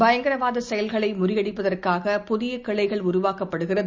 பயங்கரவாத செயல்களை முறியடிப்பதற்காக புதிய கிளைகள் உருவாக்கப்படுகிறது